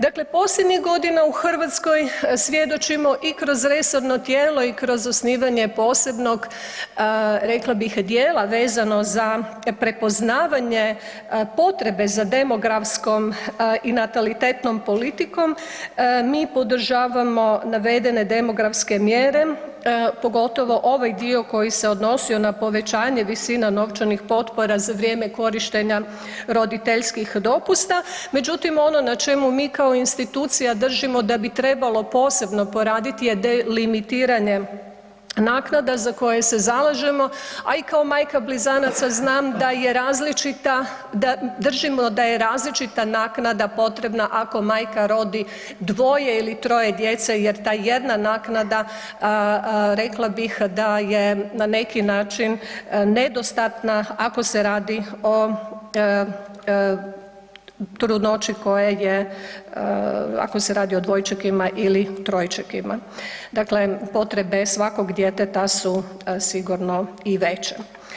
Dakle, posljednjih godina u Hrvatskoj svjedočimo i kroz resorno tijelo i kroz osnivanje posebnog rekla bih dijela vezano za prepoznavanje potrebe za demografskom i natalitetnom politikom mi podržavamo navedene demografske mjere pogotovo ovaj dio koji se odnosio na povećanje visina novčanih potpora za vrijeme korištenja roditeljskih dopusta, međutim ono na čemu mi kao institucija držimo da bi trebalo posebno poraditi je delimitiranje naknada za koje se zalažemo, a i kao majka blizanaca znam da je različita, držimo da je različita naknada potrebna ako majka rodi dvoje ili troje djece jer ta jedna naknada, rekla bih da je na neki način nedostatna ako se radi o trudnoći koja je ako se radi o dvojčekima ili trojčekima, dakle potrebe svakog djeteta su sigurno i veće.